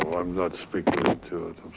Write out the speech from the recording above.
i'm not speaking into it,